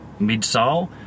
midsole